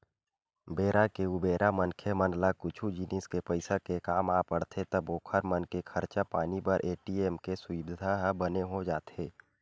बेरा के उबेरा मनखे मन ला कुछु जिनिस के पइसा के काम आ पड़थे तब ओखर मन के खरचा पानी बर ए.टी.एम के सुबिधा ह बने हो जाथे